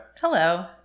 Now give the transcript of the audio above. Hello